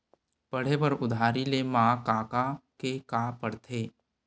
पढ़े बर उधारी ले मा का का के का पढ़ते?